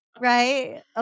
Right